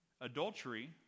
adultery